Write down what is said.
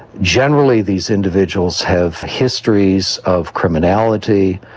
generally these individuals have histories of criminality.